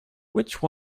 which